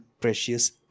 precious